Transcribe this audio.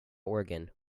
organ